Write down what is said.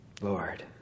Lord